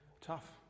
tough